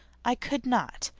i could not.